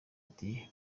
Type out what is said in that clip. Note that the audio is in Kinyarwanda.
ati